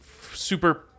super